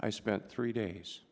i spent three days